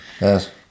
Yes